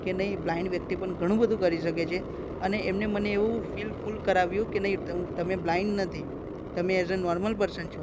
કે નહીં બ્લાઇન્ડ વ્યક્તિ પણ ઘણું બધું કરી શકે છે અને એમને મને એવું ફિલ ફૂલ કરાવ્યું કે નહીં તમે બ્લાઇન્ડ નથી તમે એઝ અ નોર્મલ પર્સન છો